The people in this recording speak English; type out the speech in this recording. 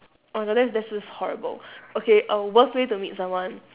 oh my god this this is horrible okay err worst way to meet someone